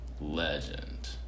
Legend